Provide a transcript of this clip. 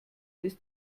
ist